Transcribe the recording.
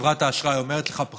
חברת האשראי אומרת לך,